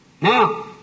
now